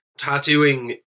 tattooing